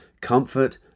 comfort